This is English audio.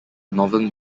northern